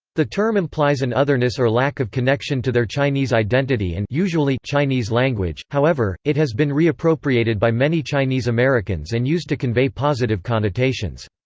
the term implies an otherness or lack of connection to their chinese identity and chinese language however, it has been reappropriated by many chinese americans and used to convey positive connotations.